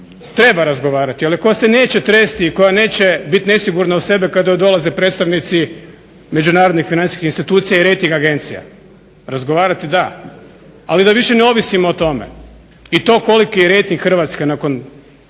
treba razgovarati, ali koja se neće tresti i koja neće biti nesigurna u sebe kada joj dolaze predstavnici međunarodnih financijskih institucija i rejting agencija. Razgovarati da, ali da više ne ovisimo o tome i to koliki je rejting Hrvatske nakon